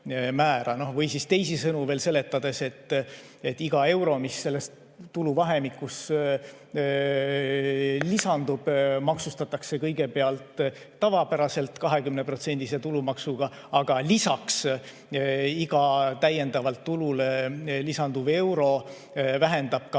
Kui teisisõnu veel seletada, siis iga euro, mis selles tuluvahemikus lisandub, maksustatakse kõigepealt tavapäraselt 20%-lise tulumaksuga, aga lisaks iga täiendavalt tulule lisanduv euro vähendab ka